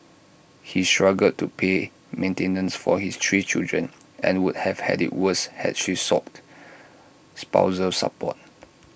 he struggled to pay maintenance for his three children and would have had IT worse had she sought spousal support